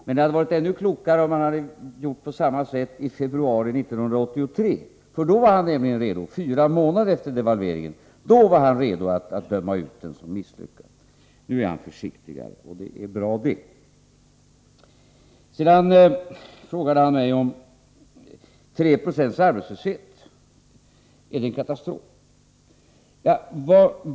Men det hade varit ännu klokare om han hade gjort på samma sätt i februari 1983, för då, fyra månader efter devalveringen, var han redo att döma ut den som misslyckad. Nu är han försiktigare, och det är bra. Sedan frågade Nils Åsling mig om 3 26 arbetslöshet är en katastrof.